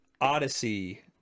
Odyssey